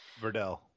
Verdell